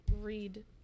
read